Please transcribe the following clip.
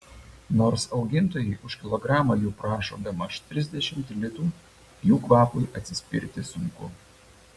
nors augintojai už kilogramą jų prašo bemaž trisdešimt litų jų kvapui atsispirti sunku